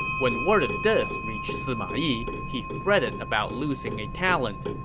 when word of this reached sima yi, he fretted about losing a talent.